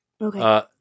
Okay